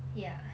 ya